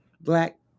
Black